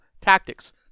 tactics